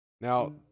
now